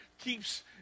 keeps